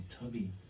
Tubby